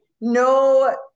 no